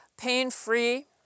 pain-free